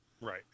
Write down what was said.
Right